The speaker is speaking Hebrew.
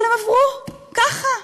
אבל הם עברו, ככה,